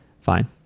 fine